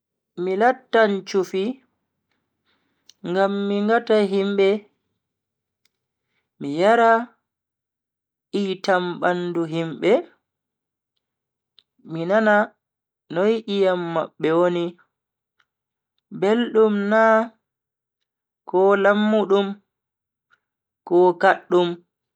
Mi lattan chufi ngam mi ngata himbe, mi yara iytam bandu himbe mi nana noi iyam mabbe woni, beldum na ko lammudum ko kaddum.